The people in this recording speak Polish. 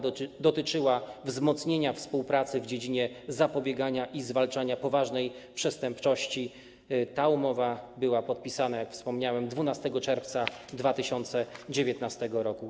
Dotyczyła ona wzmocnienia współpracy w dziedzinie zapobiegania i zwalczania poważnej przestępczości i była podpisana, jak wspomniałem, 12 czerwca 2019 r.